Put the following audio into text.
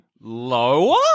lower